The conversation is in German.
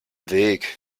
weg